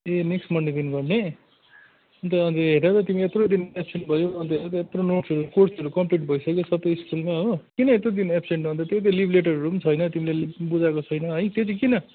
ए next मनडेदेखि गर्ने अन्त हेर त तिमी यत्रो दिन एबसेन्ट भयो अन्त हेर त यत्रो नोट्सहरू कोर्सहरू कमप्लिट भइसक्यो सबै स्कुलमा हो किन यत्रो दिन एबसेन्ट त्यही त लिभ लेटरहरू पनि छैन तिमीले बुझाएको छैन है त्यो चाहिँ किन